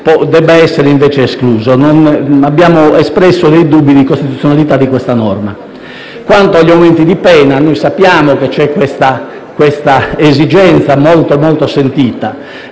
ne sarebbe escluso: abbiamo pertanto espresso dei dubbi sulla costituzionalità di questa norma. Quanto agli aumenti di pena, sappiamo che c'è questa esigenza molto sentita.